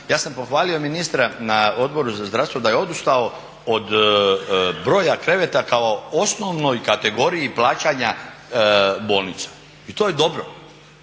ja sam pohvalio ministra na Odboru za zdravstvo da je odustao od broja kreveta kao osnovnoj kategoriji plaćanja bolnica. I to je dobro.